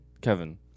kevin